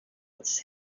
was